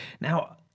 Now